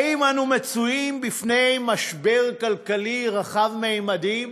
האם אנו עומדים בפני משבר כלכלי רחב ממדים?